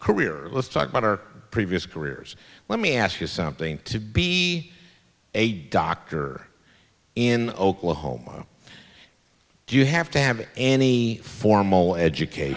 career let's talk about our previous careers let me ask you something to be a doctor in oklahoma do you have to have any formal education